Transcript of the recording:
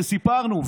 סיפרנו,